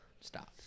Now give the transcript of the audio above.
stop